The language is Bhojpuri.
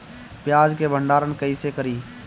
प्याज के भंडारन कईसे करी?